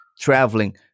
traveling